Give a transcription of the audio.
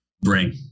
Bring